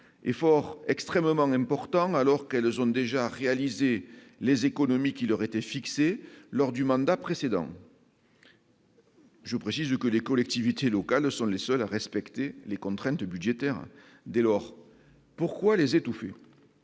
efforts extrêmement importants alors qu'elles ont déjà réalisées, les économies qui leur était fixé lors du mandat précédent. Je précise que les collectivités locales sont les seuls à respecter les contraintes budgétaires dès lors pourquoi les étouffer